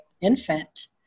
infant